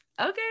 okay